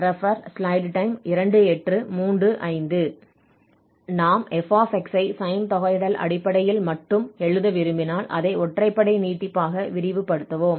நாம் f ஐ sine தொகையிடல் அடிப்படையில் மட்டும் எழுத விரும்பினால் அதை ஒற்றைப்படை நீட்டிப்பாக விரிவுபடுத்துவோம்